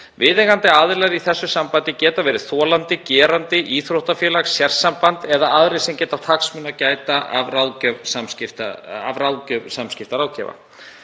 Viðeigandi aðilar í þessu sambandi geta verið þolandi, gerandi, íþróttafélag, sérsamband eða aðrir sem geta átt hagsmuna að gæta af ráðgjöf samskiptaráðgjafa.